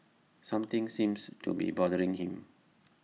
something seems to be bothering him